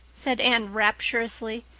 said anne rapturously.